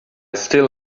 still